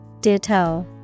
Ditto